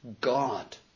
God